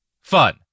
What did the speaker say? fun